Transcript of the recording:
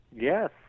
Yes